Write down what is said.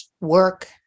work